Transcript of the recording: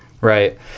right